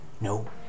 No